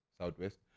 southwest